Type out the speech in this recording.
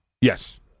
Yes